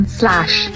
slash